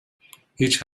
هیچ